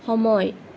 সময়